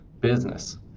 business